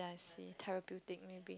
see therapeutic maybe